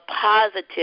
Positive